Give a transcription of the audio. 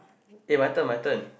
eh my turn my turn